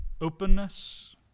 openness